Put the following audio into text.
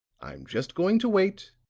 i'm just going to wait,